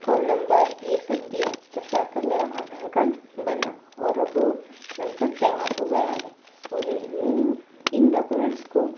phone number यह सब दिया तब जाकर मेरा आधार कार्ड बना और अब बनकर तैयार हो गया है और इन डॉक्यूमेंटस को